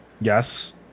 Yes